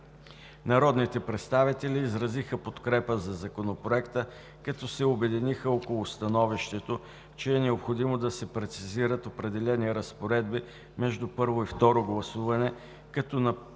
Народните представители изразиха подкрепата си за Законопроекта, като се обединиха около становището, че е необходимо да се прецизират определени разпоредби между първо и второ гласуване, като например